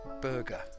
Burger